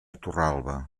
torralba